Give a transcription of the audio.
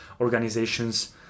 organizations